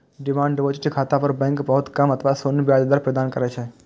demand deposit खाता पर bank बहुत कम अथवा शून्य ब्याज दर प्रदान करै छै